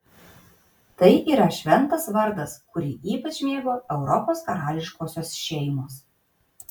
tai yra šventas vardas kurį ypač mėgo europos karališkosios šeimos